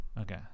Okay